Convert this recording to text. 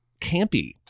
campy